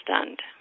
stunned